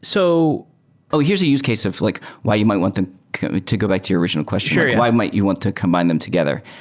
so oh! here's a use case of like why you might want to go back to your original question. why might you want to combine them together?